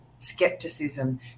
skepticism